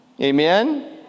amen